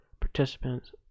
participants